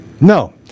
No